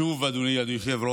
שוב אדוני היושב-ראש,